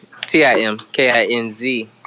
T-I-M-K-I-N-Z